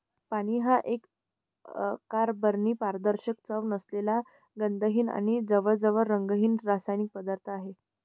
पाणी हा एक अकार्बनी, पारदर्शक, चव नसलेला, गंधहीन आणि जवळजवळ रंगहीन रासायनिक पदार्थ आहे